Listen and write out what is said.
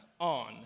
on